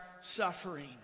suffering